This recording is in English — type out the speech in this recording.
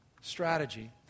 strategy